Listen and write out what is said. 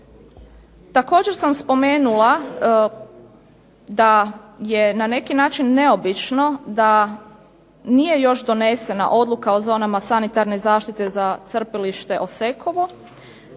Također sam spomenula da je na neki način neobično da nije još donesena odluka o zonama sanitarne zaštite za crpilište Osekovo,